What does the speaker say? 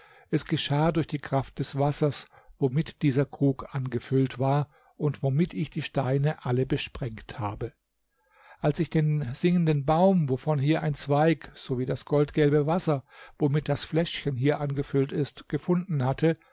es geschah durch die kraft des wassers womit dieser krug angefüllt war und womit ich die steine alle besprengt habe als ich den sprechenden vogel den ihr hier im käfig seht zu meinem sklaven gemacht und durch seine hilfe den singenden baum wovon hier ein zweig sowie das goldgelbe wasser womit das fläschchen hier angefüllt ist gefunden hatte